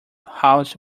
house